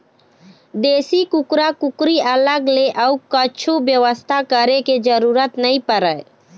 देसी कुकरा कुकरी अलग ले अउ कछु बेवस्था करे के जरूरत नइ परय